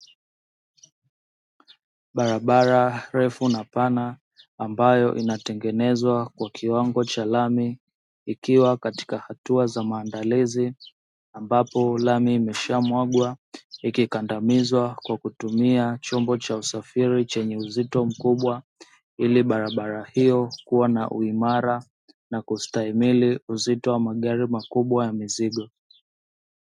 Barabara refu na pana ambayo inatengenezwa kwa kiwango cha lami ikiwa katika hatua za maandalizi, ambapo lami imeshamwagwa ikikandamizwa kwa kutumia chombo cha usafiri chenye uzito mkubwa. Ili barabara hiyo kuwa na uimara na kustahimili uzito wa magari makubwa ya mizigo.